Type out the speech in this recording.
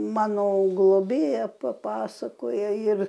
mano globėja papasakoja ir